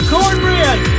Cornbread